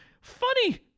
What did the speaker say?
Funny